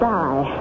die